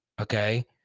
okay